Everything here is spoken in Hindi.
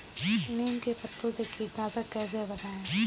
नीम के पत्तों से कीटनाशक कैसे बनाएँ?